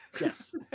yes